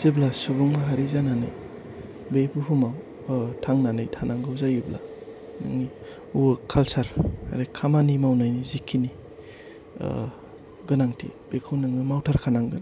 जेब्ला सुबुं माहारि जानानै बे बुहुमाव थांनानै थानांगौ जायोब्ला नोंनि वर्क कालचार ओरै खामानि मावनायनि जेकिनि गोनांथि बिखौ नोङो मावथारखानांगोन